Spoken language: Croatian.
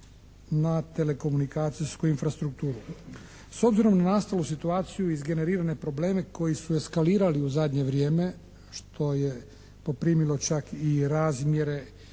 na telekomunikacijsku infrastrukturu. S obzirom na nastalu situaciju izgenerirane probleme koji su eskalirali u zadnje vrijeme što je poprimilo čak i razmjere